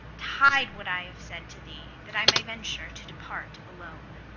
to hide what i have said to thee, that i may venture to depart alone.